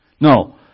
No